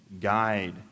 guide